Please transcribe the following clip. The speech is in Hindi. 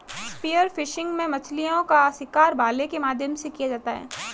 स्पीयर फिशिंग में मछलीओं का शिकार भाले के माध्यम से किया जाता है